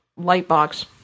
Lightbox